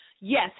Yes